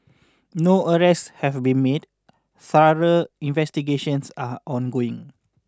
no arrests have been made thorough investigations are ongoing